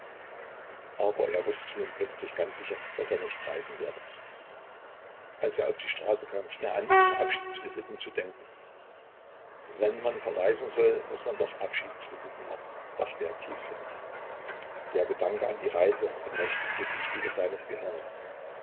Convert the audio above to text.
aber er wußte nun plötzlich ganz sicher daß er nicht reisen werde als er auf die straße kam fing er an über abschiedsvisiten zu denken wenn man verreisen soll muß man doch abschiedsvisiten machen dachte er tiefsinnig der gedanke an die reise bemächtigte sich wieder seines gehirnes